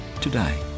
today